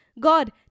God